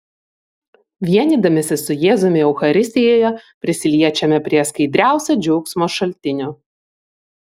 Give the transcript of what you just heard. vienydamiesi su jėzumi eucharistijoje prisiliečiame prie skaidriausio džiaugsmo šaltinio